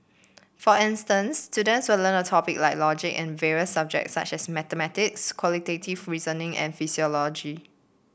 for instance students would learn a topic like logic in various subjects such as mathematics quantitative reasoning and philosophy